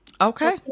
Okay